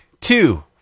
two